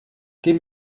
give